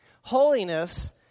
Holiness